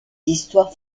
histoires